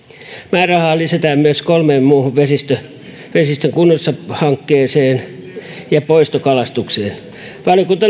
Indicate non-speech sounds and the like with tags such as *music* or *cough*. määrärahaa lisätään myös kolmeen muuhun vesistön vesistön kunnossapitohankkeeseen ja poistokalastukseen valiokunta *unintelligible*